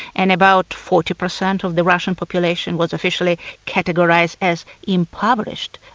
and about forty percent of the russian population was officially categorised as impoverished,